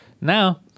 now